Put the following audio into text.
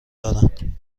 دارن